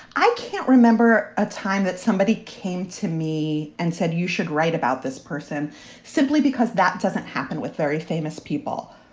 i can't remember a time that somebody came to me and said, you should write about this person simply because that doesn't happen with very famous people.